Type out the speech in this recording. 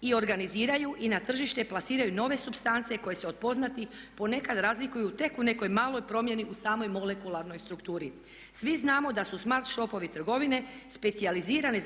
i organiziraju i na tržište plasiraju nove supstance koji se od poznatih ponekada razlikuju tek u nekoj maloj promjeni u samoj monekularnoj strukturi. Svi znamo da su smart shopovi trgovine specijalizirane za